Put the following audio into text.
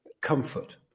comfort